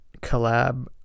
collab